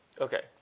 Okay